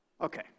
Okay